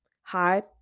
Hi